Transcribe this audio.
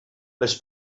les